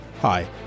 Hi